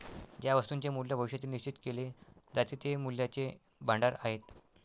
ज्या वस्तूंचे मूल्य भविष्यात निश्चित केले जाते ते मूल्याचे भांडार आहेत